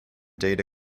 data